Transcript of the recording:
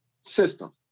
system